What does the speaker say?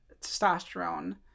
testosterone